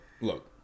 look